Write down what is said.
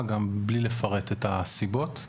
גם בלי לפרט את הסיבות?